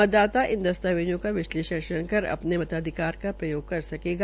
मतदाता इन दस्तावेजों का विशलेषण कर अपने मताधिकार का प्रयोग कर सकेगा